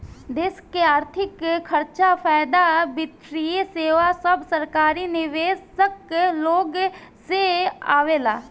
देश के अर्थिक खर्चा, फायदा, वित्तीय सेवा सब सरकारी निवेशक लोग से आवेला